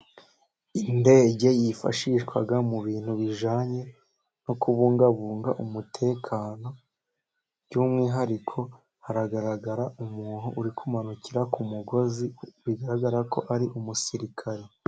Indege y'ifashishwa mu bintu bijyanye no kubungabunga umutekano, by'umwihariko hagaragara umuntu uri kumanukira ku mugozi bigaragara ko ari umusirikare.